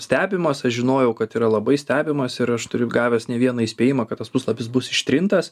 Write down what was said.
stebimas aš žinojau kad yra labai stebimas ir aš turiu gavęs ne vieną įspėjimą kad tas puslapis bus ištrintas